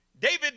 David